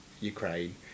Ukraine